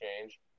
change